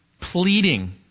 pleading